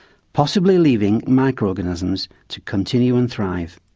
possibly leaving micro-organisms to continue and thrive.